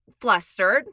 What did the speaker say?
flustered